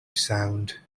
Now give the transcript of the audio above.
sound